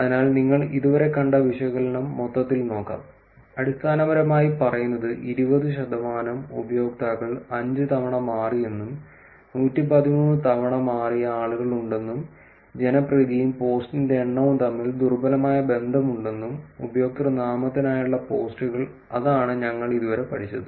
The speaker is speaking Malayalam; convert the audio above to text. അതിനാൽ നിങ്ങൾ ഇതുവരെ കണ്ട വിശകലനം മൊത്തത്തിൽ നോക്കാം അടിസ്ഥാനപരമായി പറയുന്നത് 20 ശതമാനം ഉപയോക്താക്കൾ അഞ്ച് തവണ മാറിയെന്നും 113 തവണ മാറിയ ആളുകളുണ്ടെന്നും ജനപ്രീതിയും പോസ്റ്റിന്റെ എണ്ണവും തമ്മിൽ ദുർബലമായ ബന്ധമുണ്ടെന്നും ഉപയോക്തൃനാമത്തിനായുള്ള പോസ്റ്റുകൾ അതാണ് ഞങ്ങൾ ഇതുവരെ പഠിച്ചത്